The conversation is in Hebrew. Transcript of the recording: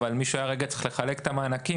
אבל מישהו היה צריך לחלק את המענקים,